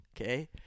Okay